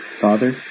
Father